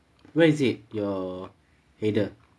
where is it your header